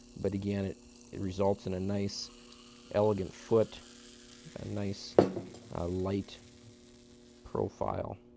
but again, it it results in a nice elegant foot, a nice light profile.